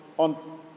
on